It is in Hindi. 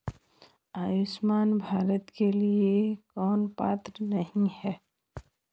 आयुष्मान भारत के लिए कौन पात्र नहीं है?